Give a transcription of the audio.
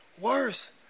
worse